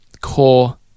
core